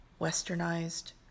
westernized